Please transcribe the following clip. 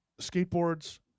skateboards